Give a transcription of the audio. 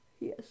Yes